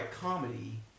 comedy